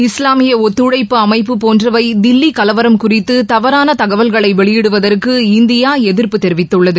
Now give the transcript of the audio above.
இஸ்லாமியஒத்துழைப்பு அமைப்புபோன்றவைதில்லிகலவரம் குறித்துதவறானதகவல்களைவெளியிடுவதற்கு இந்தியாஎதிர்ப்பு தெரிவித்துள்ளது